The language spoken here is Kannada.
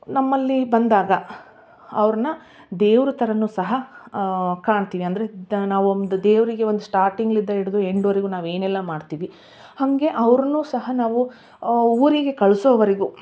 ನಮ್ಮಲ್ಲಿ ಬಂದಾಗ ಅವ್ರನ್ನ ದೇವರು ಥರವೂ ಸಹ ಕಾಣ್ತೀವಿ ಅಂದರೆ ತ ನಾವೊಂದು ದೇವರಿಗೆ ಒಂದು ಸ್ಟಾರ್ಟಿಂಗಿನಿಂದ ಹಿಡಿದು ಎಂಡ್ವರೆಗೂ ನಾವು ಏನೆಲ್ಲ ಮಾಡ್ತೀವಿ ಹಾಗೆ ಅವ್ರೂ ಸಹ ನಾವು ಊರಿಗೆ ಕಳಿಸೋವರೆಗೂ